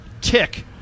tick